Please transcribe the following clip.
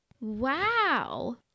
Wow